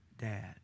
dad